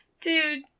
Dude